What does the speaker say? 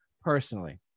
personally